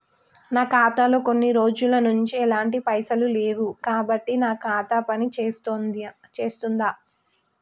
నా ఖాతా లో కొన్ని రోజుల నుంచి ఎలాంటి పైసలు లేవు కాబట్టి నా ఖాతా పని చేస్తుందా?